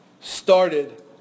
started